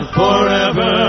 forever